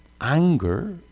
anger